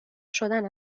شدن